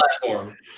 platform